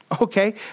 Okay